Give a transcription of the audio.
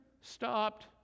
stopped